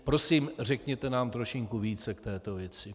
Prosím, řekněte nám trošinku více v této věci.